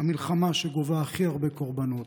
המלחמה שגובה הכי הרבה קורבנות.